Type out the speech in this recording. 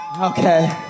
Okay